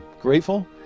grateful